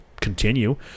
continue